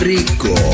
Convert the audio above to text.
Rico